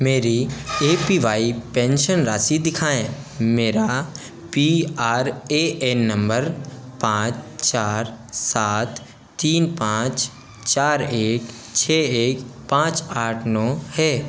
मेरी A P Y pension राशि दिखाएँ मेरा P R A N number पाँच चार सात तीन पाँच चार एक छः एक पाँच आठ नौ है